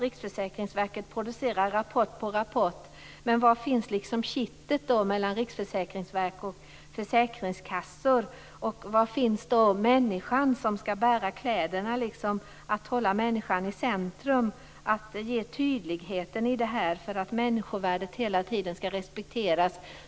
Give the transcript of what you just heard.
Riksförsäkringsverket producerar rapport efter rapport, men var finns kittet mellan Riksförsäkringsverket och försäkringskassorna? Och var finns människan som så att säga skall bära kläderna? Människan skall sättas i centrum. Det måste finnas en tydlighet om att människovärdet hela tiden skall respekteras.